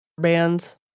bands